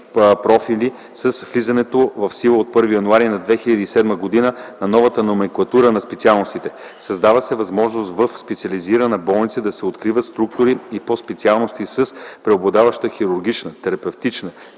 профилни с влизането в сила от 1 януари 2007 г. на новата номенклатура на специалностите. Създава се възможност в специализирана болница да се откриват структури и по специалности с преобладаваща хирургична, терапевтична,